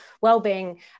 well-being